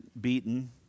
beaten